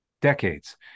decades